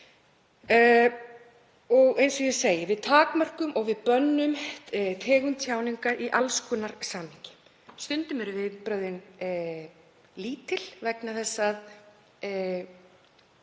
manneskju. Við takmörkum og við bönnum tegund tjáningar í alls konar samhengi. Stundum eru viðbrögðin lítil vegna þess að